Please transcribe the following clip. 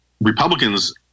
Republicans